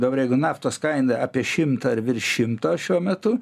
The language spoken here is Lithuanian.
dabar jeigu naftos kaina apie šimtą ar virš šimto šiuo metu